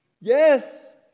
Yes